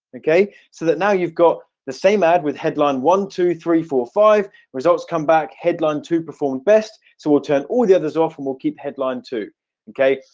okay? so that now you've got the same ad with headline one two three four five results come back headline to perform best so we'll turn all the others often will keep headline okay.